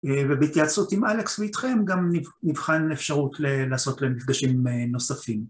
ובהתייעצות עם אלכס ואיתכם גם נבחן אפשרות לעשות להם מפגשים נוספים.